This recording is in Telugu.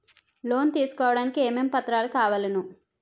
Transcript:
లోన్ తీసుకోడానికి ఏమేం పత్రాలు కావలెను?